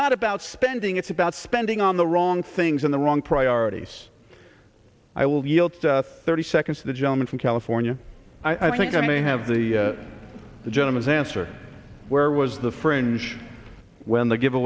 not about spending it's about spending on the wrong things in the wrong priorities i will yield thirty seconds to the gentleman from california i think i may have the gentleman's answer where was the fringe when the give